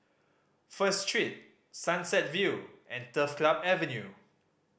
First Street Sunset View and Turf Club Avenue